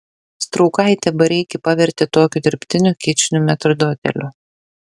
straukaitė bareikį pavertė tokiu dirbtiniu kičiniu metrdoteliu